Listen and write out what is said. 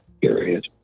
period